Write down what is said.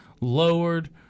lowered